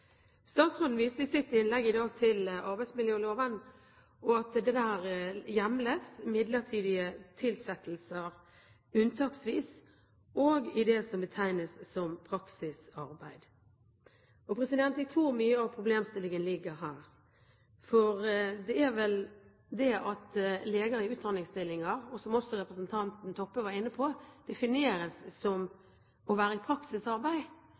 Statsråden viste i sitt innlegg i dag til arbeidsmiljøloven, og at det der hjemles midlertidige tilsettelser unntaksvis og i det som betegnes som praksisarbeid. Jeg tror mye av problemstillingen ligger her. For det er vel det at leger i utdanningsstillinger, som også representanten Toppe var inne på, som defineres som å være i praksisarbeid,